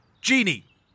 Genie